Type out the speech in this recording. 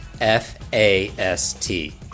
F-A-S-T